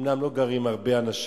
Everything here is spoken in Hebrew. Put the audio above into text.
אומנם לא גרים הרבה אנשים,